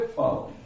follow